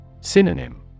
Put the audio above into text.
Synonym